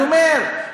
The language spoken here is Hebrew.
אני אומר,